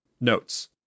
Notes